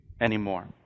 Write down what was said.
anymore